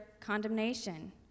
condemnation